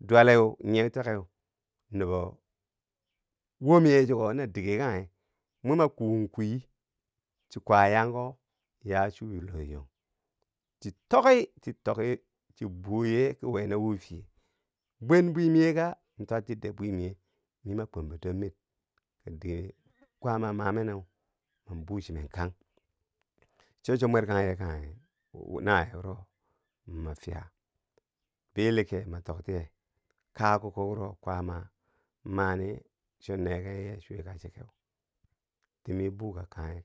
dwalleu nye takeu nubo wom ye chiko na dige kanghe, mwima kuu kwi, chi kwa yanko ya chu wi lume chow, chi tokki chi tokki, chi bwoye ki we nawufiye, bwen bwii miyeka twattide bwii miye mi ma kwombo dor mir ki dige kwaama ma meneu ma buu chinen kang cho chi mwerkang ye kanghe nawiye wuro ma fiya bilikee ma toktiye kakuko wuro kwama mani cho nekenye chwika chekeu timi bukakanghe.